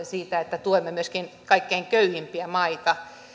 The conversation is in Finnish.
siitä että tuemme myöskin kaikkein köyhimpiä maita